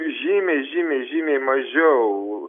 žymiai žymiai žymiai mažiau